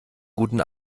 guten